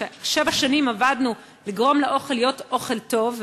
ששם שבע שנים עבדנו לגרום לאוכל להיות אוכל טוב,